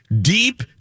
deep